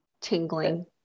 tingling